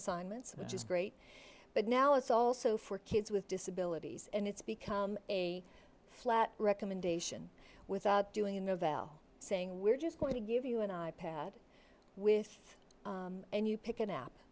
assignments which is great but now it's also for kids with disabilities and it's become a flat recommendation without doing a novell saying we're just going to give you an i pad with and you pick an ap